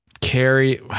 Carry